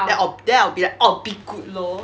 then I'll b~ then I'll be like orbi good lor